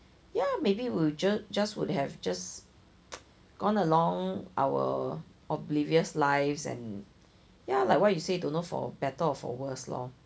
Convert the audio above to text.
yeah maybe we just would have just gone along our oblivious lives and ya like what are you say don't know for better or for worse lor